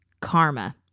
Karma